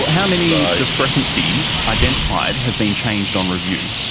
but how many discrepancies identified have been changed on review?